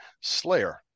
Slayer